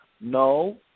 no